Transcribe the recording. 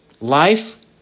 life